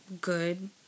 good